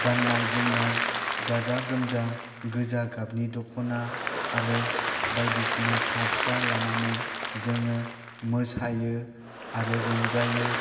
गाननाय जोमनाय गाजा गोमजा गोजा गाबनि दखना आरो बायदिसिना फास्रा लानानै जोङो मोसायो आरो रंजायो